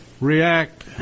react